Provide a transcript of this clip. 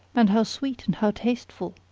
and how sweet and how tasteful!